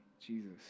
Jesus